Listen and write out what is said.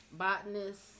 botanist